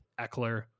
Eckler